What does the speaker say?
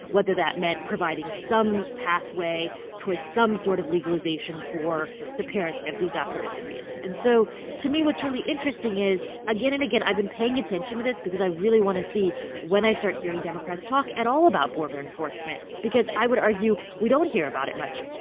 whether that meant providing some pathway towards some sort of legalization for the parents of these daca recipients and so to me, what's really interesting is again and again i've been paying attention to this because i really want to see when i start hearing democrats talk at all about border enforcement because i would argue we don't hear about it much.